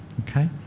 okay